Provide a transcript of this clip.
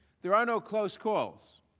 there are no close calls,